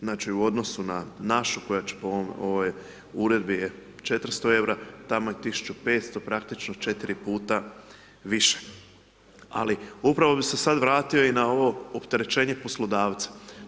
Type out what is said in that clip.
Znači u odnosu na našu koja će po ovoj uredbi 400 eura, tamo je 1500, praktički 4 puta više ali upravo bi se sad vratio i ovo opterećenje poslodavca.